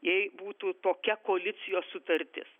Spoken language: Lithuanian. jei būtų tokia koalicijos sutartis